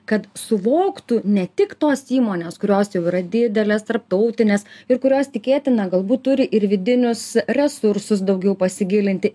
kad suvoktų ne tik tos įmonės kurios jau yra didelės tarptautinės ir kurios tikėtina galbūt turi ir vidinius resursus daugiau pasigilinti